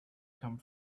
come